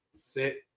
sit